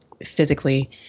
physically